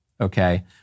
okay